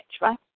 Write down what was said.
right